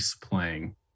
playing